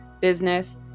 Business